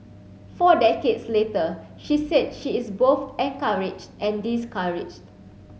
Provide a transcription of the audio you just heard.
four decades later she said she is both encouraged and discouraged